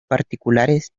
particulares